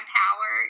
power